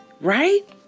right